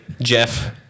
Jeff